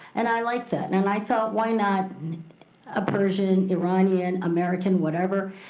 and i like that. and and i felt why not a persian, iranian, american, whatever,